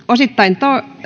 osittain